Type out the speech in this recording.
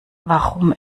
warum